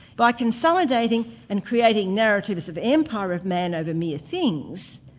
by consolidating and creating narratives of empire of man over mere things,